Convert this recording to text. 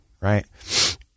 Right